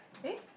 eh